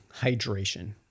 hydration